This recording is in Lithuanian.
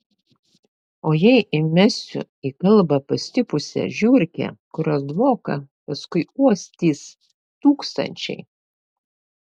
o jei įmesiu į kalbą pastipusią žiurkę kurios dvoką paskui uostys tūkstančiai